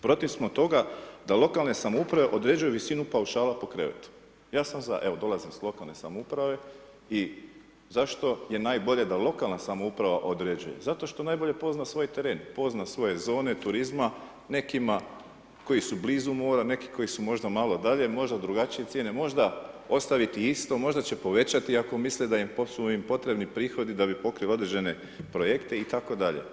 Protiv smo toga da lokalne samouprave određuju visinu paušala po krevetu, ja sam za evo dolazim iz lokalne samouprave i zašto je najbolje da lokalna samouprava određuje, zato što najbolje pozna svoj teren, pozna svoje zone turizma, nekima koji su blizu mora, neki koji su možda malo dalje, možda drugačije cijene, možda ostaviti isto, možda će povećati ako misle da su im potrebi prihodi da bi pokrili određene projekte itd.